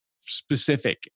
specific